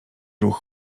ruch